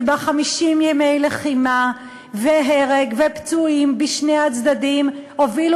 50 ימי לחימה והרג ופצועים בשני הצדדים הובילו